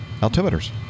Altimeters